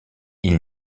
ils